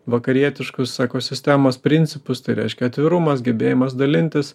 vakarietiškus ekosistemos principus tai reiškia atvirumas gebėjimas dalintis